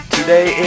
Today